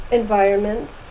environments